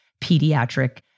pediatric